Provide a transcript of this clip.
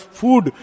food